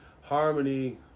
Harmony